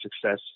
success